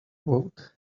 vote